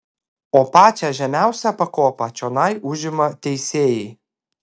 o pačią žemiausią pakopą čionai užima teisėjai